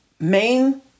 main